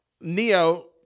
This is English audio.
Neo